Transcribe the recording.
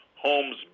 homes